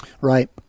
Right